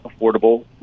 affordable